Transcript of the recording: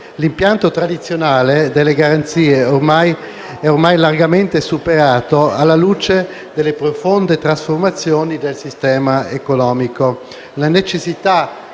L'impianto tradizionale delle garanzie è ormai largamente superato alla luce delle profonde trasformazioni del sistema economico.